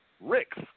Ricks